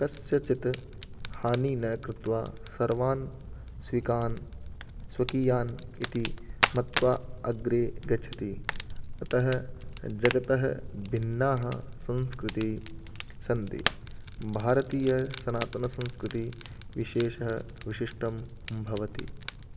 कस्यचित् हानिं न कृत्वा सर्वान् स्वीकान् स्वकीयान् इति मत्वा अग्रे गच्छति अतः जगतः भिन्नाः संस्कृतिः सन्ति भारतीयसनातनसंस्कृतिः विशेषः विशिष्टं भवति